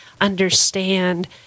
understand